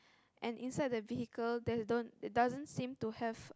and inside the vehicle there's don't there doesn't seem to have